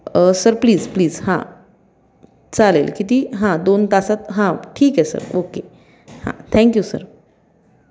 sir please please हां चालेल किती हां दोन तासात हां ठीक आहे सर ओके हां थँक्यू सर